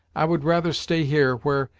i would rather stay here, where,